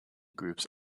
groups